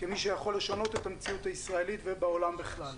כמי שיכול לשנות את המציאות הישראלית ובעולם בכלל.